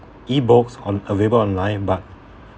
e-books on available online but